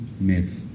myth